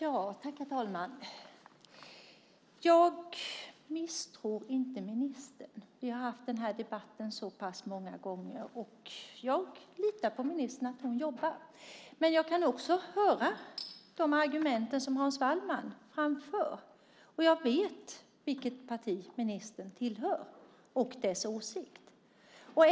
Herr talman! Jag misstror inte ministern. Vi har ju haft debatter om det här så pass många gånger. Jag litar på att ministern jobbar med frågan. Men jag kan också höra de argument som Hans Wallmark framför. Jag vet ju vilket parti ministern tillhör och känner till dess åsikt.